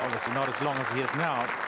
not as long as he is now.